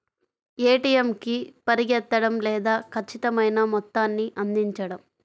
ATM కి పరిగెత్తడం లేదా ఖచ్చితమైన మొత్తాన్ని అందించడం